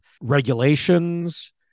regulations